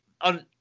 on